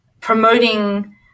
promoting